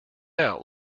out